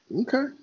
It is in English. Okay